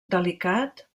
delicat